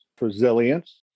resilience